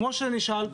כמו שנשאל,